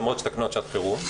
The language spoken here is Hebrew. למרות שזה תקנות שעת חירום.